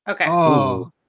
Okay